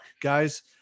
guys